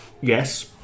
Yes